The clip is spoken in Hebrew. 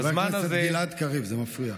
חבר הכנסת גלעד קריב, זה מפריע.